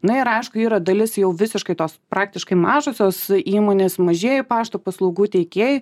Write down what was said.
na ir aišku yra dalis jau visiškai tos praktiškai mažosios įmonės mažieji pašto paslaugų teikėjai